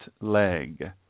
leg